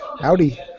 Howdy